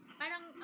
parang